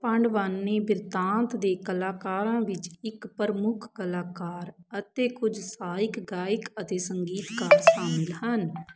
ਪਾਂਡਵਾਨੀ ਬਿਰਤਾਂਤ ਦੇ ਕਲਾਕਾਰਾਂ ਵਿੱਚ ਇੱਕ ਪ੍ਰਮੁੱਖ ਕਲਾਕਾਰ ਅਤੇ ਕੁਝ ਸਹਾਇਕ ਗਾਇਕ ਅਤੇ ਸੰਗੀਤਕਾਰ ਸ਼ਾਮਲ ਹਨ